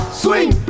swing